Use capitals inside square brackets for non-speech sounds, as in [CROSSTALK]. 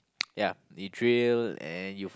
[NOISE] ya you drill and you